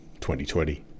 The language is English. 2020